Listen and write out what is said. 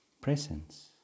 presence